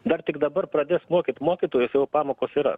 dar tik dabar pradės mokyt mokytojus o jau pamokos yra